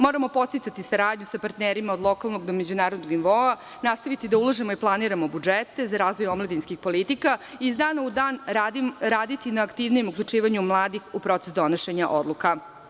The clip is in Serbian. Moramo podsticati saradnju sa partnerima od lokalnog do međunarodnog nivoa, nastaviti da ulažemo i planiramo budžete za razvoj omladinskih politika, iz dana u dan raditi na aktivnijem uključivanju mladih u proces donošenja odluka.